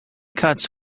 cuts